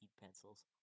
pencils